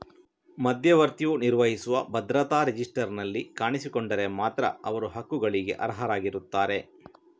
ಮಧ್ಯವರ್ತಿಯು ನಿರ್ವಹಿಸುವ ಭದ್ರತಾ ರಿಜಿಸ್ಟರಿನಲ್ಲಿ ಕಾಣಿಸಿಕೊಂಡರೆ ಮಾತ್ರ ಅವರು ಹಕ್ಕುಗಳಿಗೆ ಅರ್ಹರಾಗಿರುತ್ತಾರೆ